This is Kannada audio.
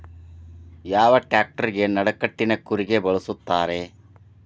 ಯಾವ ಟ್ರ್ಯಾಕ್ಟರಗೆ ನಡಕಟ್ಟಿನ ಕೂರಿಗೆ ಬಳಸುತ್ತಾರೆ?